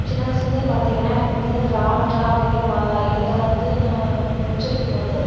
சின்ன வயசுலேருந்தே பார்த்திங்கன்னா எனக்கு வந்து ரா ட்றா அப்படிங்கிற எழுத்தெலாம் வந்து நான் உச்சரிக்கும் போது